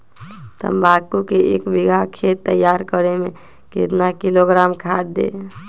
तम्बाकू के एक बीघा खेत तैयार करें मे कितना किलोग्राम खाद दे?